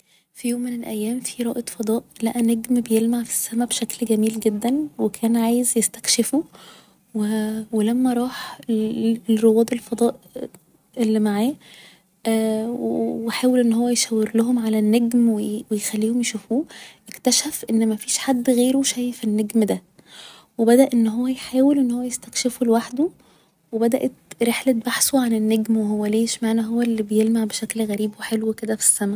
في يوم من الأيام في رائد فضاء لقى نجم بيلمع في السما بشكل جميل جدا و كان عايز يستكشفوا و لما راح لرواد الفضاء اللي معاه و حاول ان هو يشاورلهم على النجم و يخليهم يشوفوه اكتشف ان مفيش حد غيره شايف النجم ده و بدأ ان هو يحاول ان هو يستكشفه لوحده و بدأت رحلة بحثه عن النجم و هو ليه اشمعنى هو اللي بيلمع بشكل غريب و حلو كده في السما